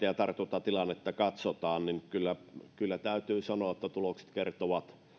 ja tartuntatilannetta katsotaan kyllä kyllä täytyy sanoa että tulokset kertovat